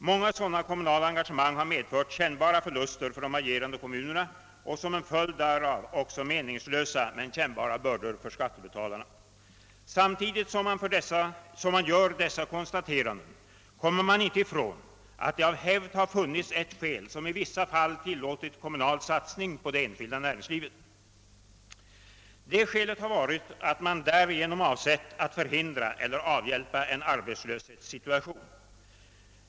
Många sådana kommunala engagemang har betytt kännbara förluster för de agerande kommunerna och som en följd därav också meningslösa och kännbara bördor för skattebetalarna. Samtidigt som man gör dessa konstateranden kan man inte komma ifrån att det av hävd har funnits ett skäl, som i vissa fall har tillåtit kommunal satsning på det enskilda näringslivet. Det skälet har varit att man därigenom avsett att förhindra eller avhjälpa en arbetslöshetssituation.